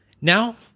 Now